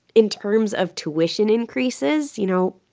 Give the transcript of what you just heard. in terms of tuition increases, you know,